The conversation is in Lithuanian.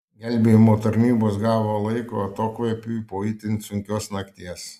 gelbėjimo tarnybos gavo laiko atokvėpiui po itin sunkios nakties